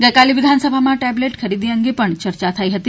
ગઇકાલે વિધાનસભામાં ટેબલેટ ખરીદી અંગે પણ ચર્ચા થઇ હતી